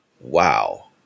wow